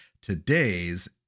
today's